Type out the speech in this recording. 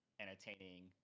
entertaining